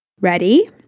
Ready